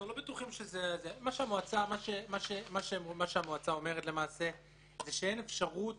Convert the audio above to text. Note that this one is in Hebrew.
מה שהמועצה אומרת למעשה זה שאין אפשרות